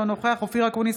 אינו נוכח אופיר אקוניס,